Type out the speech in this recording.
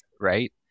right